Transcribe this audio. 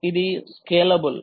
కాబట్టి ఇది స్కేలబుల్